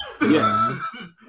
Yes